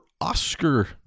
Oscar